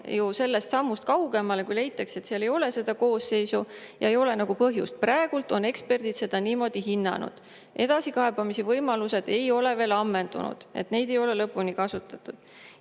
ju sellest sammust kaugemale, kui leitakse, et seal ei ole seda koosseisu ja ei ole põhjust [uurimist algatada]. Praegu on eksperdid seda niimoodi hinnanud. Edasikaebamise võimalused ei ole veel ammendunud, neid ei ole lõpuni